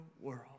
world